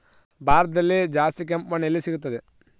ಭಾರತದಲ್ಲಿ ಜಾಸ್ತಿ ಕೆಂಪು ಮಣ್ಣು ಎಲ್ಲಿ ಸಿಗುತ್ತದೆ?